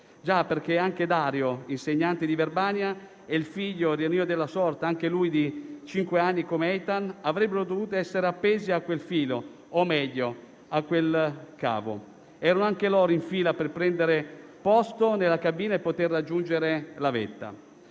Già, perché anche Dario, insegnante di Verbania e il figlio di sei anni, quasi coetaneo di Eitan, avrebbero dovuto essere appesi a quel filo, o meglio a quel cavo. Erano anche loro in fila per prendere posto nella cabina e poter raggiungere la vetta.